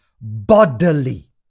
bodily